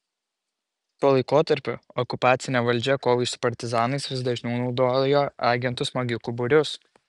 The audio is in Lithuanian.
tuo laikotarpiu okupacinė valdžia kovai su partizanais vis dažniau naudojo agentų smogikų būrius